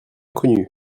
connu